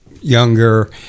younger